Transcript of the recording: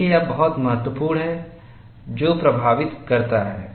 देखें यह बहुत महत्वपूर्ण है जो प्रभावित करता है